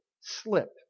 slip